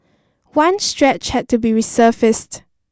one stretch had to be resurfaced